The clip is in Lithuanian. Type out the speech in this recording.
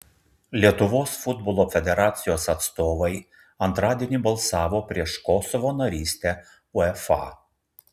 lietuvos futbolo federacijos atstovai antradienį balsavo prieš kosovo narystę uefa